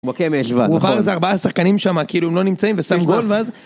בוקר משוואה ארבעה שחקנים שם כאילו לא נמצאים ושם גול ואז.